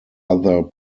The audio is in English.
other